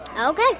Okay